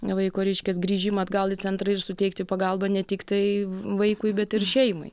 vaiko reiškias grįžimą atgal į centrą ir suteikti pagalbą ne tiktai vaikui bet ir šeimai